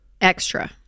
Extra